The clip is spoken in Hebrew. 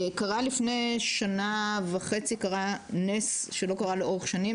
לפני שנה וחצי קרה נס שלא קרה לאורך שנים.